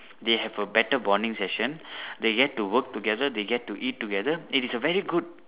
they have a better bonding session they get to work together they get to eat together it is a very good